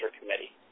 committee